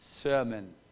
Sermon